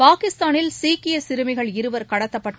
பாகிஸ்தானில் சீக்கிய சிறுமிகள் இருவர் கடத்தப்பட்டு